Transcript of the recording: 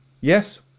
yes